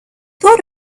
thought